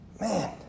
Man